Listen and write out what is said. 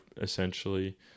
essentially